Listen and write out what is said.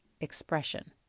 expression